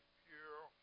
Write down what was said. pure